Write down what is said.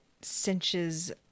cinches